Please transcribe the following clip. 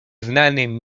znanym